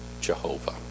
Jehovah